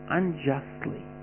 unjustly